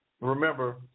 remember